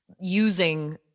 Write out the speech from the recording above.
using